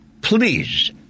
please